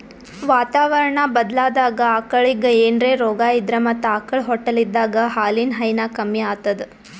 ವಾತಾವರಣಾ ಬದ್ಲಾದಾಗ್ ಆಕಳಿಗ್ ಏನ್ರೆ ರೋಗಾ ಇದ್ರ ಮತ್ತ್ ಆಕಳ್ ಹೊಟ್ಟಲಿದ್ದಾಗ ಹಾಲಿನ್ ಹೈನಾ ಕಮ್ಮಿ ಆತದ್